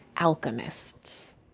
alchemists